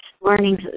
learning